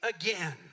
again